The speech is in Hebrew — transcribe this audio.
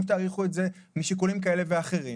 שתאריכו את זה משיקולים כאלה ואחרים,